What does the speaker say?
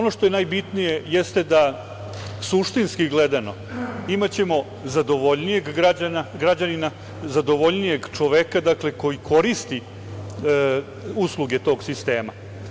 Najbitnije je, suštinski gledano, imaćemo zadovoljnijeg građanina, zadovoljnijeg čoveka koji koristi usluge tog sistema.